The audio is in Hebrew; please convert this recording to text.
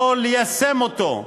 לא ליישם אותו.